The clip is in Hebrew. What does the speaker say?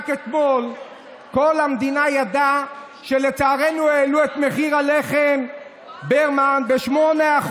רק אתמול כל המדינה ידעה שלצערנו העלו את מחיר לחם ברמן ב-8%.